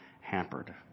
hampered